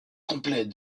complet